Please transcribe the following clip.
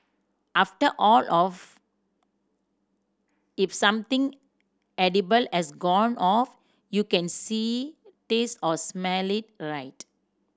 after all of if something edible has gone off you can see taste or smell it right